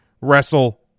wrestle